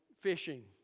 fishing